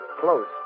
Close